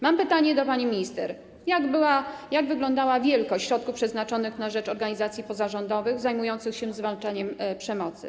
Mam pytanie do pani minister: Jak wyglądała wielkość środków przeznaczonych na rzecz organizacji pozarządowych zajmujących się zwalczaniem przemocy?